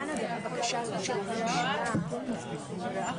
שני, כ"ח